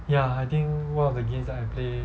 ya I think one of the games that I play